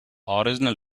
original